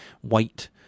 white